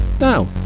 Now